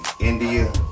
India